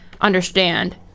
understand